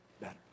better